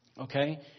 okay